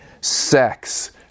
sex